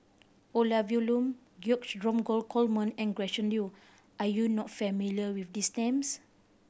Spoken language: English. Olivia Lum George Dromgold Coleman and Gretchen Liu are you not familiar with these names